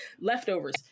leftovers